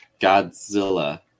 Godzilla